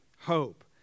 hope